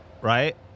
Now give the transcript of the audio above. right